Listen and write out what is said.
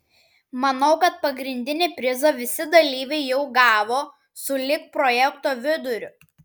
manau kad pagrindinį prizą visi dalyviai jau gavo sulig projekto viduriu